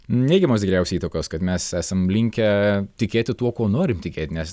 neigiamos tikriausiai įtakos kad mes esam linkę tikėti tuo kuo norim tikėt nes